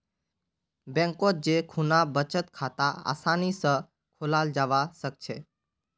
बैंकत जै खुना बचत खाता आसानी स खोलाल जाबा सखछेक